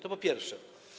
To po pierwsze.